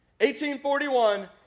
1841